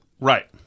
right